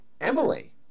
Emily